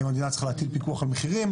האם המדינה צריכה להטיל פיקוח על מחירים.